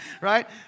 right